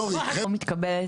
סורי חבר'ה.